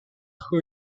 who